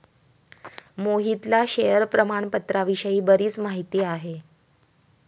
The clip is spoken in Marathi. मोहितला शेअर प्रामाणपत्राविषयी बरीच माहिती आहे